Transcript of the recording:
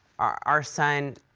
our our son,